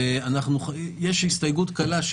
יש הסתייגות קלה,